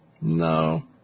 No